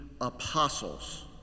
apostles